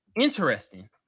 interesting